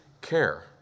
care